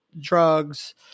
drugs